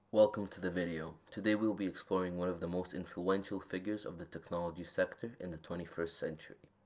welcome to the video, today we will be exploring one of the most influential figures of the technology sector in the twenty first century.